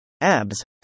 Abs